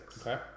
Okay